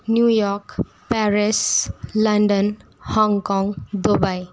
New York Paris London Hong Kong Dubai